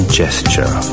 gesture